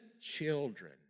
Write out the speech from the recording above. children